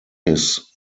his